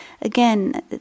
again